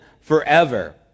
forever